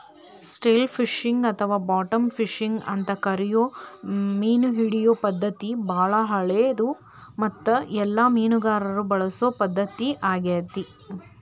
still fishing ಅಥವಾ bottom fishing ಅಂತ ಕರಿಯೋ ಮೇನಹಿಡಿಯೋ ಪದ್ಧತಿ ಬಾಳ ಹಳೆದು ಮತ್ತು ಎಲ್ಲ ಮೇನುಗಾರರು ಬಳಸೊ ಪದ್ಧತಿ ಆಗೇತಿ